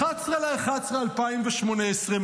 11 בנובמבר 2018,